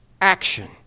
action